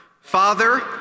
Father